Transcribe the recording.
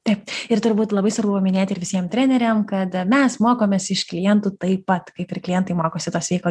taip ir turbūt labai svarbu paminėti ir visiem treneriam kad mes mokomės iš klientų taip pat kaip ir klientai mokosi to sveiko